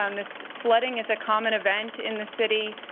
um this flooding is a common event in the city.